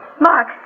Mark